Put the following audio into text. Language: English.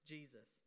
Jesus